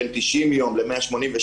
בין 90 ימים ל-182,